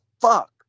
fuck